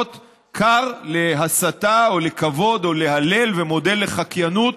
כר להסתה או לכבוד או להלל ומודל לחקיינות